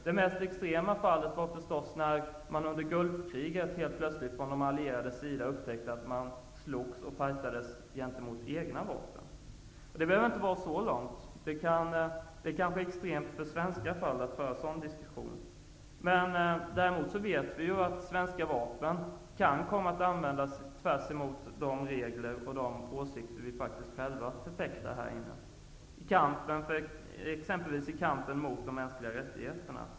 Det mest extrema fallet var när de allierade under Gulf-kriget upptäckte att de slogs mot sina ''egna'' vapen. Men det behöver inte gå så långt, och det kan vara litet extremt att föra en sådan diskussion om Sverige. Däremot vet vi att svenska vapen kan komma att användas helt emot de regler och de åsikter vi själva förfäktar, t.ex. mot de mänskliga rättigheterna.